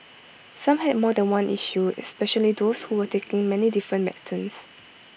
some had more than one issue especially those who were taking many different medicines